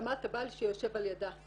בהסכמת הבעל שיושב על ידה.